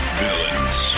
villains